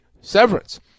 severance